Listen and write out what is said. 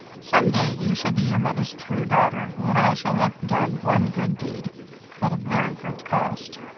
some day, you shall be your mother's true daughter and i shall have done one good deed at a very great cost.